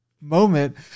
moment